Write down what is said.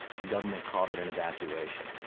the government called it an evacuation.